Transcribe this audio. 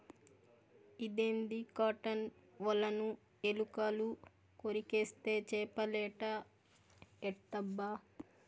ఇదేంది కాటన్ ఒలను ఎలుకలు కొరికేస్తే చేపలేట ఎట్టబ్బా